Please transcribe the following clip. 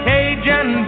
Cajun